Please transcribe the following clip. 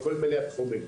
בכל מיני תחומים.